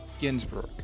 Ginsburg